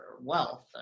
wealth